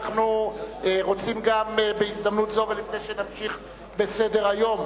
אנחנו רוצים בהזדמנות זו, ולפני שנמשיך בסדר-היום,